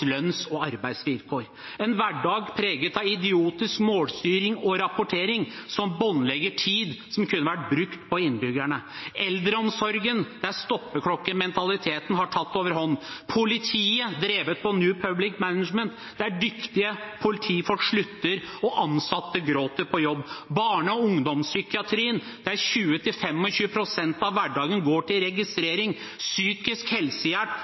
lønns- og arbeidsvilkår – en hverdag preget av idiotisk målstyring og rapportering som båndlegger tid som kunne vært brukt på innbyggerne, eldreomsorg der stoppeklokkementaliteten har tatt overhånd, et politi drevet av New Public Management, der dyktige politifolk slutter og ansatte gråter på jobb, barne- og ungdomspsykiatrien, der 20–25 pst. av hverdagen går til registrering, psykisk helsehjelp,